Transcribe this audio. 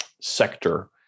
sector